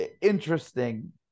interesting